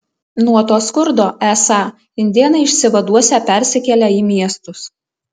nuo to skurdo esą indėnai išsivaduosią persikėlę į miestus